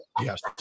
Yes